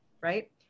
right